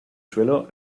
suelo